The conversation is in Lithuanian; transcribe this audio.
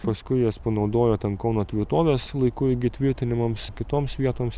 paskui jas panaudojo ten kauno tvirtovės laiku irgi įtvirtinimams kitoms vietoms